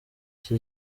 iki